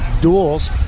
duels